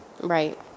Right